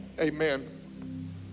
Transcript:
Amen